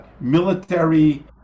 military